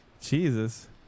Jesus